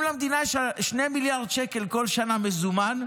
אם המדינה, יש לך 2 מיליארד שקל כל שנה במזומן,